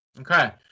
Okay